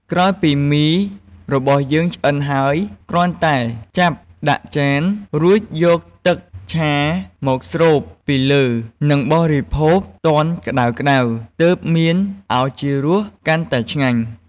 ក្រោយពីមីរបស់យើងឆ្អិនហើយ គ្រាន់តែចាប់ដាក់ចាន រួចយកទឹកឆាមកស្រូបពីលើ និងបរិភោគទាន់ក្តៅៗទើបមានឱជារសកាន់ឆ្ងាញ់។